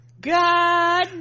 god